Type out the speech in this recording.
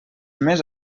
més